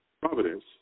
Providence